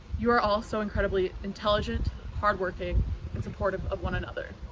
you are all so incredibly intelligent hard-working and supportive of one another